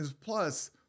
Plus